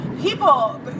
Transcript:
People